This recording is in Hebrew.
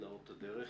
תלאות הדרך.